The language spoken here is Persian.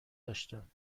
داشتم